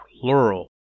plural